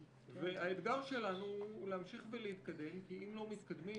והאתגר שלנו הוא להמשיך ולהתקדם כי אם לא מתקדמים,